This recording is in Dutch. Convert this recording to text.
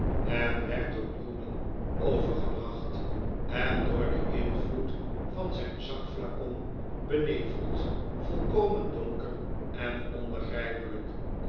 en werd door newman overgebracht en door den invloed van zijn zakflacon beneveld volkomen donker en onbegrijpelijk